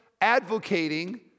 advocating